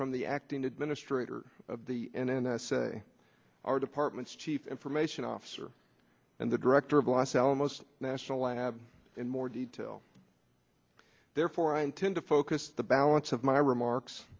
from the acting administrator of the n s a our departments chief information officer and the director of the los alamos national lab in more detail therefore i intend to focus the balance of my remarks